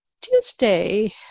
Tuesday